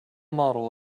model